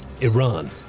Iran